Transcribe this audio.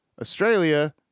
Australia